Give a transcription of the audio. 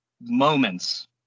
moments